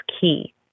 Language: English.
key